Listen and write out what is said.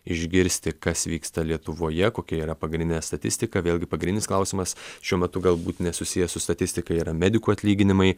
išgirsti kas vyksta lietuvoje kokia yra pagrindinė statistika vėlgi pagrindinis klausimas šiuo metu galbūt nesusijęs su statistika yra medikų atlyginimai